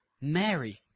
Mary